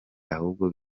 ahubwo